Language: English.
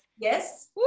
Yes